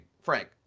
Frank